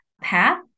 path